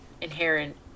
Inherent